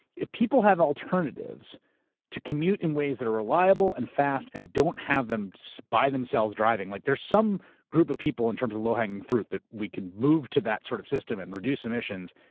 if people have alternatives to commute in ways that are reliable and fast and don't have them, so by themselves, driving. like, there's some group of people, in terms of low hanging fruit that we can move to that sort of system and reduce emissions,